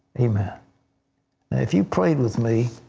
amen. if you prayed with me,